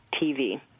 TV